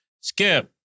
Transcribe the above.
Skip